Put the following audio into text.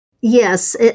Yes